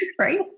right